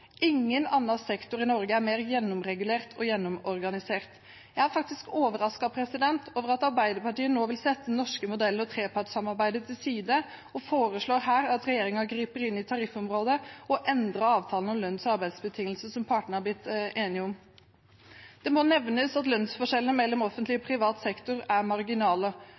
Ingen annen sektor i Norge er mer gjennomregulert og gjennomorganisert. Jeg er overrasket over at Arbeiderpartiet nå vil sette den norske modellen og trepartssamarbeidet til side og foreslår at regjeringen griper inn i tariffområdet og endrer avtalen om lønns- og arbeidsbetingelser som partene er blitt enige om. Det må nevnes at lønnsforskjellene mellom offentlig og privat sektor er marginale.